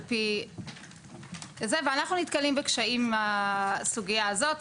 על פי זה ואנחנו נתקלים בקשיים עם הסוגייה הזאת,